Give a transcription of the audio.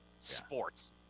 sports